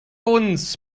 uns